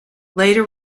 later